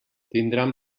tindran